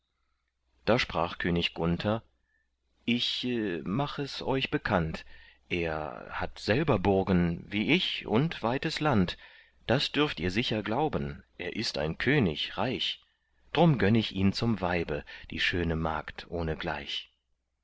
da sprach könig gunther ich mach es euch bekannt er hat selber burgen wie ich und weites land das dürft ihr sicher glauben er ist ein könig reich drum gönn ich ihm zum weibe die schöne magd